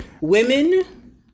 women